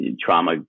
trauma